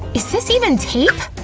is this even tape?